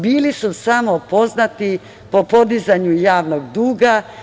Bili su samo poznati po podizanju javnog duga.